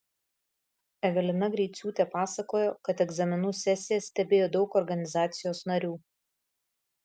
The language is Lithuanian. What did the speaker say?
evelina greiciūtė pasakojo kad egzaminų sesiją stebėjo daug organizacijos narių